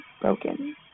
broken